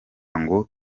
ngo